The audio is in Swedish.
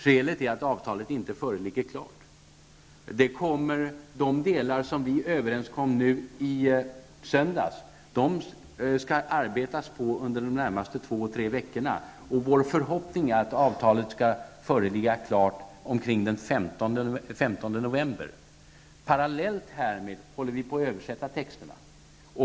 Skälet är att avtalet inte föreligger klart. De delar som vi kom överens om i söndags skall man nu arbeta med under de närmaste två tre veckorna. Vår förhoppning är att avtalet skall föreligga klart omkring den 15 november. Parallellt härmed håller vi på med att översätta texterna.